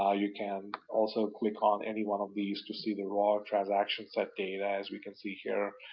ah you can also click on any one of these to see the raw transactions set data as we can see here.